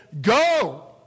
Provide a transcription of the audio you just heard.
Go